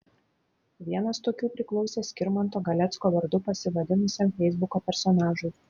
vienas tokių priklausė skirmanto galecko vardu pasivadinusiam feisbuko personažui